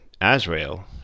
Azrael